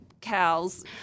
cows